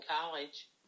college